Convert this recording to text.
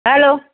hello